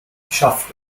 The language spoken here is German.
geschafft